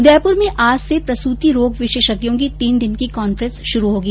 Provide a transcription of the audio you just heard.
उदयपुर में आज से प्रसूति रोग विशेषज्ञों की तीन दिन की कांफ्रेंस शुरू होगी